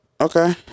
Okay